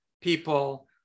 people